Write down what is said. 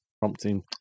prompting